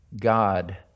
God